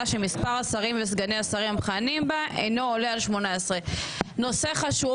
שמספר השרים וסגני השרים המכהנים בה אינו עולה על 18 - נושא חשוב,